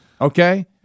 Okay